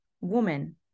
Woman